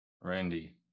Randy